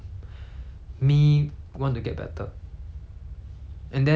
and then my inspiration comes from me because